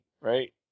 right